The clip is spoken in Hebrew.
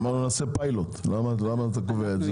אמרנו שנעשה פיילוט, למה אתה קובע את זה?